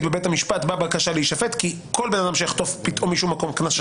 בבית המשפט בבקשה להישפט כי כול אדם שיחטוף קנס של